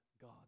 God